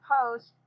Post